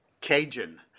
Cajun